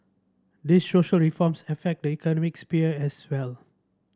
these social reforms affect the economic sphere as well